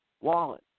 wallet